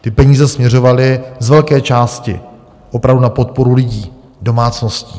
Ty peníze směřovaly z velké části opravdu na podporu lidí, domácností.